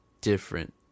different